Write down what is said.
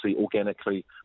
organically